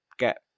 get